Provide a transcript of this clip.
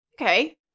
Okay